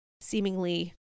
seemingly